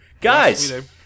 Guys